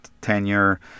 tenure